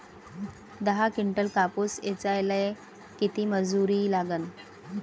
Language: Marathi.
दहा किंटल कापूस ऐचायले किती मजूरी लागन?